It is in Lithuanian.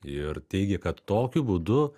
ir teigia kad tokiu būdu